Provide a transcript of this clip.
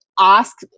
ask